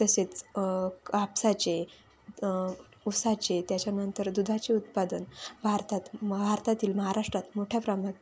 तसेच कापसाचे ऊसाचे त्याच्यानंतर दुधाचे उत्पादन भारतात म भारतातील महाराष्ट्रात मोठ्या प्रमा